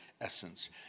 essence